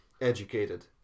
educated